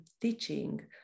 teaching